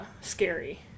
scary